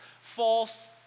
false